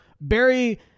Barry